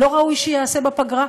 לא ראוי שייעשה בפגרה.